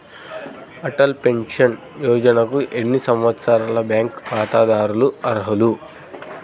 Atal pension యోజనకు ఎన్ని సంవత్సరాల బ్యాంక్ ఖాతాదారులు అర్హులు?